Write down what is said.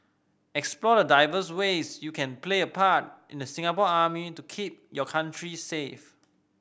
explore the diverse ways you can play a part in the Singapore Army to keep your country safe